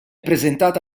presentata